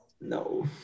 No